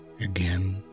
again